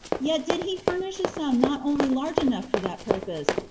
yet did he furnish a sum not only large enough for that purpose,